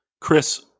chris